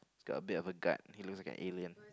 look a bit of a guard he looks like an alien